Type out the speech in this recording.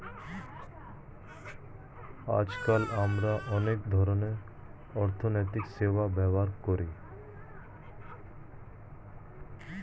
আজকাল আমরা অনেক ধরনের অর্থনৈতিক সেবা ব্যবহার করি